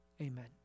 Amen